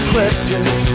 questions